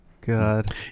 God